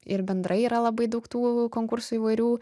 ir bendrai yra labai daug tų konkursų įvairių